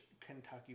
Kentucky